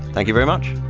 thank you very much.